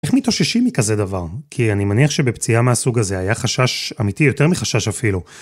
איך מתאוששים מכזה דבר? כי אני מניח שבפציעה מהסוג הזה היה חשש אמיתי יותר מחשש אפילו.